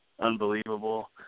unbelievable